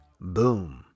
Boom